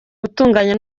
gutunganya